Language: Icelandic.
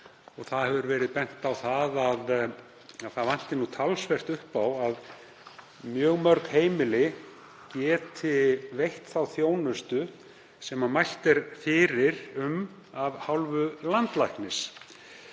Það hefur verið bent á að það vantar talsvert upp á að mörg heimili geti veitt þá þjónustu sem mælt er fyrir um af hálfu landlæknis.